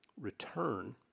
return